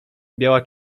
biała